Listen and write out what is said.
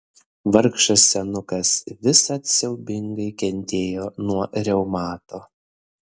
vargšas senukas visad siaubingai kentėjo nuo reumato